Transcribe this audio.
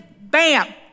bam